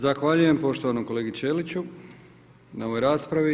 Zahvaljujem poštovanom kolegi Ćeliću na ovoj raspravi.